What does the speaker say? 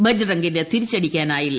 ബജ്രംഗിന് തിരിച്ചടിക്കാനായില്ല